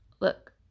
look